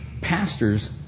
pastors